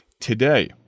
today